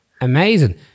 Amazing